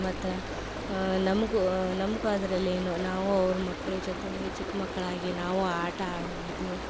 ಮತ್ತು ನಮ್ಗೂ ನಮ್ಗೆ ಅದ್ರಲ್ಲಿ ಏನು ನಾವು ಅವ್ರು ಮಕ್ಳು ಜೊತೆಯೆ ಚಿಕ್ಕ ಮಕ್ಕಳಾಗಿ ನಾವು ಆಟ ಆಡ್ಬೋದು